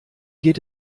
geht